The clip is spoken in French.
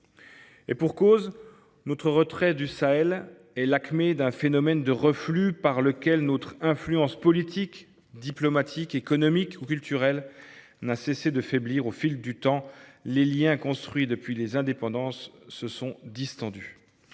Et pour cause : notre retrait du Sahel est l’acmé d’un phénomène de reflux par lequel notre influence politique, diplomatique, économique ou culturelle n’a cessé de faiblir. Au fil du temps, les liens construits depuis les indépendances se sont distendus.